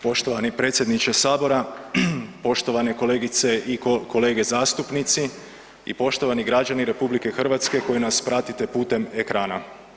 Poštovani predsjedniče sabora, poštovane kolegice i kolege zastupnici i poštovani građani RH koji nas pratite putem ekrana.